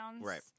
Right